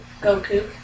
Goku